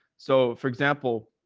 so for example,